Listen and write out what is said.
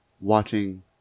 watching